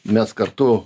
mes kartu